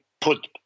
put